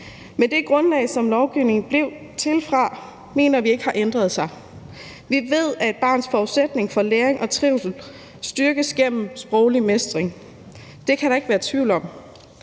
Men det grundlag, som lovgivningen blev til på, mener vi ikke har ændret sig. Vi ved, at et barns forudsætning for læring og trivsel styrkes gennem sproglig mestring. Det kan der ikke være tvivl om.